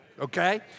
Okay